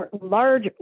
large